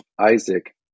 Isaac